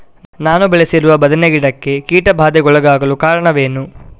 ನಾನು ಬೆಳೆಸಿರುವ ಬದನೆ ಗಿಡಕ್ಕೆ ಕೀಟಬಾಧೆಗೊಳಗಾಗಲು ಕಾರಣವೇನು?